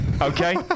Okay